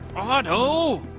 ah oh,